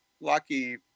lucky